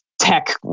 tech